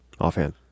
offhand